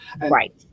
Right